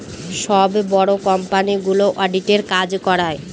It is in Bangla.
সব বড়ো কোম্পানিগুলো অডিটের কাজ করায়